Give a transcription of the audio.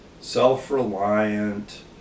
self-reliant